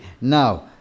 Now